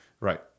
Right